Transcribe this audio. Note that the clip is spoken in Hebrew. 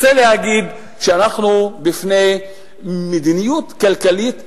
רוצה להגיד שאנחנו בפני מדיניות כלכלית מעוותת.